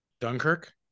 Dunkirk